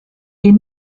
est